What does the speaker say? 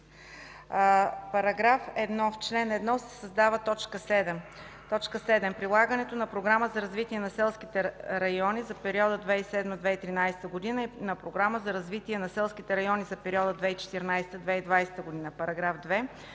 „§ 1. В чл. 1 се създава т. 7: „7. прилагането на Програма за развитие на селските райони за периода 2007-2013 г. и на Програма за развитие на селските райони за периода 2014-2020 г.”. § 2.